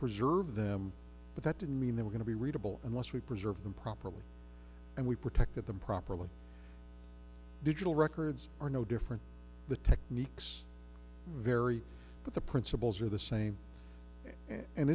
preserve them but that didn't mean they were going to be readable unless we preserve them properly and we protected them properly digital records are no different the techniques vary but the principles are the same and